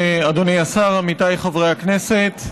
אדוני השר, עמיתיי חברי הכנסת,